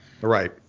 Right